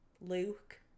Luke